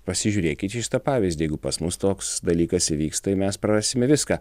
pasižiūrėkit jūs tą pavyzdį jeigu pas mus toks dalykas įvyks tai mes prarasime viską